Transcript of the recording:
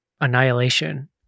Annihilation